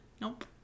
Nope